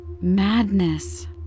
Madness